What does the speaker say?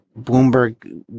Bloomberg